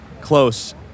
close